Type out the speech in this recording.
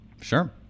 sure